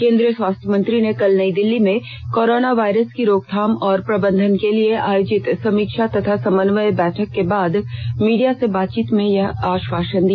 केन्द्रीय स्वास्थ्य मंत्री ने कल नई दिल्ली में कोरोना वायरस की रोकथाम और प्रबंधन के लिए आयोजित समीक्षा तथा समन्वय बैठक के बाद मीडिया से बातचीत में यह आश्वासन दिया